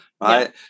right